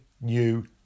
new